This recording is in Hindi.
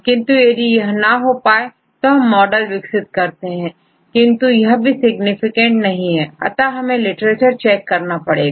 किंतु यदि यह ना हो पाए तो हम मॉडल विकसित कर सकते हैंकिंतु यह भी सिग्निफिकेंट नहीं है अतः हमें लिटरेचर चेक करना पड़ेगा